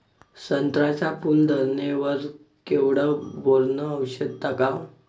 संत्र्याच्या फूल धरणे वर केवढं बोरोंन औषध टाकावं?